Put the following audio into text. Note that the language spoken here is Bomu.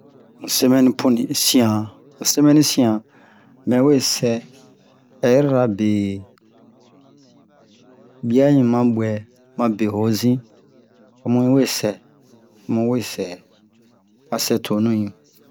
semɛmi puni sian semɛni sian mɛ we sɛ hɛr la be ɓwaɲu ma ɓwɛ ma behozin mu'in we sɛ mu'in we sɛ a sɛ tonu yi